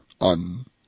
on